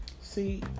see